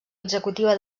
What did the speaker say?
executiva